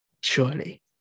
surely